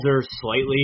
slightly